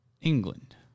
England